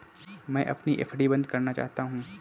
मैं अपनी एफ.डी बंद करना चाहता हूँ